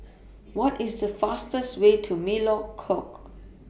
What IS The fastest Way to Melekeok